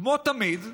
כמו תמיד,